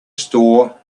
store